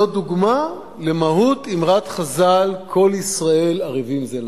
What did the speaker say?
זו דוגמה למהות אמרת חז"ל: כל ישראל ערבים זה לזה.